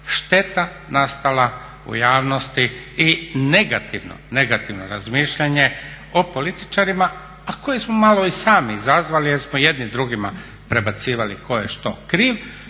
šteta nastala u javnosti i negativno, negativno razmišljanje o političarima, a koje smo malo i sami izazvali jer smo jedni drugima predbacivali tko je što kriv,